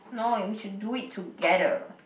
no we should do it together